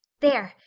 there,